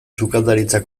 sukaldaritza